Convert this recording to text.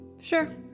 Sure